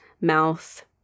mouth